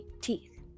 teeth